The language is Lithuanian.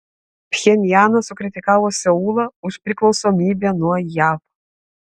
pchenjanas sukritikavo seulą už priklausomybę nuo jav